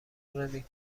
نمی